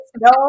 no